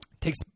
takes